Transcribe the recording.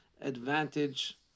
advantage